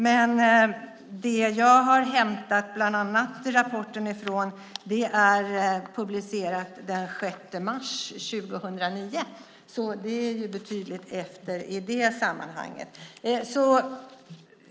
Men det jag har inhämtat bland annat rapporten ifrån är publicerat den 6 mars 2009. Det är ju betydligt senare.